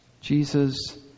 Jesus